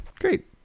great